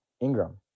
Ingram